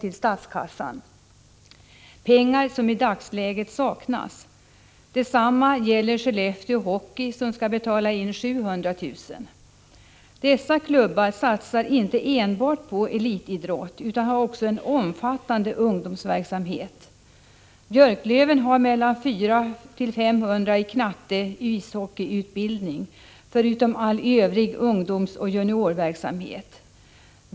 till statskassan, pengar som i dagsläget saknas. Detsamma gäller Skellefteå Hockey som skall betala 700 000. Dessa klubbar satsar inte enbart på elitidrott utan har också en omfattande ungdomsverksamhet. Björklöven har mellan 400 och 500 ungdomar i knatteishockeyutbildning. Därtill kommer all övrig ungdomsoch juniorverksamhet.